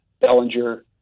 Bellinger